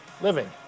living